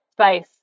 space